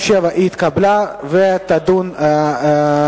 הגבלת כהונתו ותפקידו של מתכנן מחוז),